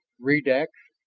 redax?